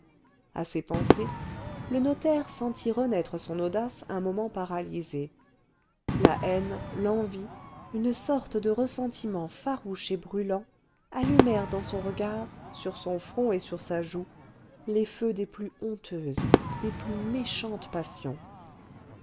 à ces pensées le notaire sentit renaître son audace un moment paralysée la haine l'envie une sorte de ressentiment farouche et brûlant allumèrent dans son regard sur son front et sur sa joue les feux des plus honteuses des plus méchantes passions